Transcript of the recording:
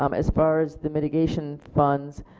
um as far as the mitigation funds